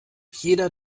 jeder